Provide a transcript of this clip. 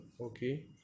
okay